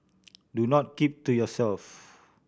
do not keep to yourself